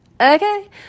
Okay